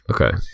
okay